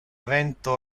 vento